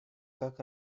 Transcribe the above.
как